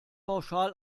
pauschal